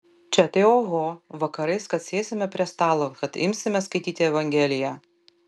čia tai oho vakarais kad sėsime prie stalo kad imsime skaityti evangeliją